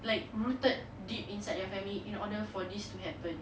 like rooted deep inside their family in order for this to happen